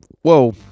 whoa